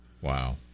Wow